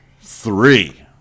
three